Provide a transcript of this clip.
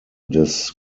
des